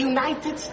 United